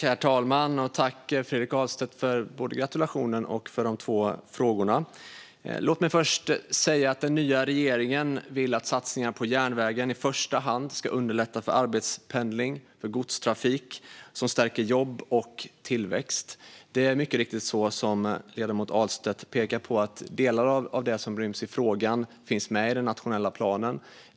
Herr talman! Tack, Fredrik Ahlstedt, för både gratulationen och de två frågorna. Låt mig först säga att den nya regeringen vill att satsningar på järnvägen i första hand ska underlätta för arbetspendling och godstrafik som stärker jobb och tillväxt. Det är mycket riktigt som ledamoten Ahlstedt påpekar att delar av det som ryms i frågan finns med i den nationella planen.